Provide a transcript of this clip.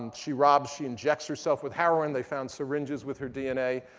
and she robs. she injects herself with heroin. they found syringes with her dna.